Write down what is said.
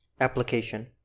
Application